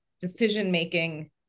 decision-making